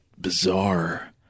bizarre